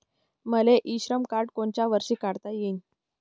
मले इ श्रम कार्ड कोनच्या वर्षी काढता येईन?